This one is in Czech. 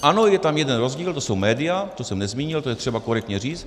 Ano, je tam jeden rozdíl, to jsou média, to jsem nezmínil, to je třeba korektně říct.